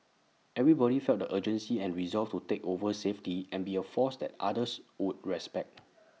everybody felt the urgency and resolve to take over safety and be A force that others would respect